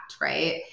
right